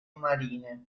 marine